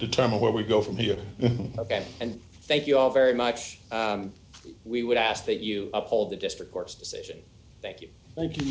determine where we go from here again and thank you all very much we would ask that you uphold the district court's decision thank you thank you